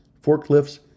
forklifts